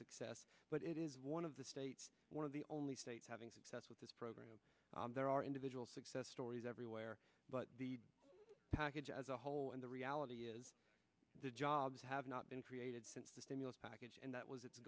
success but it is one of the states one of the only states having success with this program there are individual success stories everywhere but the package as a whole and the reality is the jobs have not been created since the stimulus package and that was it